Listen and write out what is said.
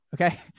Okay